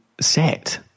set